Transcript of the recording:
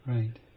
Right